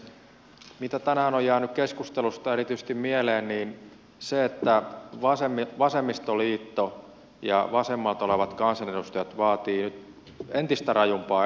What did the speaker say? mitä tänään on jäänyt keskustelusta erityisesti mieleen niin se että vasemmistoliitto ja vasemmalla olevat kansanedustajat vaativat nyt entistä rajumpaa elvytystä